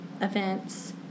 Events